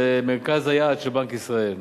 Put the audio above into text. למרכז היעד של בנק ישראל.